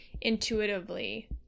intuitively